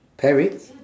fair wage